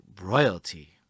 royalty